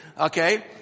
Okay